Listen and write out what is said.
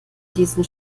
diesen